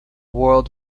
world